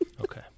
Okay